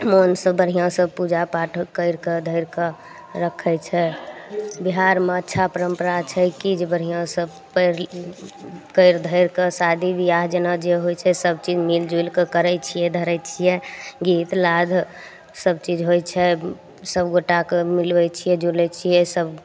मोनसँ बढ़िआँसँ पूजा पाठ करिकऽ धरिकऽ रखय छै बिहारमे अच्छा परम्परा छै कि जे बढ़िआँसँ पढ़ि करि धरिकऽ शादी बियाह जेना जे होइ छै सबचीज मिल जुलि कऽ करय छियै धरय छियै गीत नाद सबचीज होइ छै सबगोटाके मिलबय छियै जुलय छियै सब